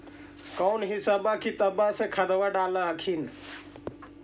कौन हिसाब किताब से खदबा डाल हखिन?